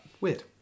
Weird